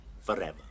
forever